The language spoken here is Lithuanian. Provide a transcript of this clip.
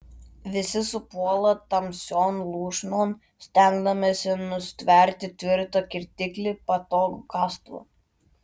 visi supuola tamsion lūšnon stengdamiesi nustverti tvirtą kirtiklį patogų kastuvą